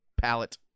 palette